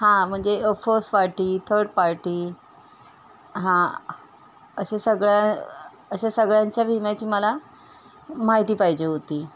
हां म्हणजे first party third party हां अशा सगळ्या अशा सगळ्यांच्या विम्याची मला माहिती पाहिजे होती